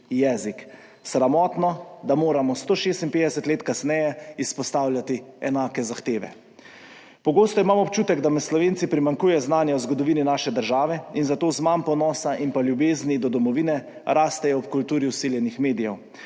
jezik. Sramotno, da moramo 156 let kasneje izpostavljati enake zahteve. Pogosto imam občutek, da med Slovenci primanjkuje znanja o zgodovini naše države in zato z manj ponosa in ljubezni do domovine rastejo v kulturi vsiljenih medijev,